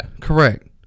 Correct